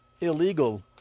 illegal